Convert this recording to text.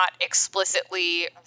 explicitly